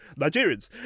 Nigerians